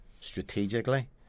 strategically